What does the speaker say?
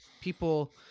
people